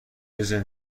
بزار